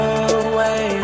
away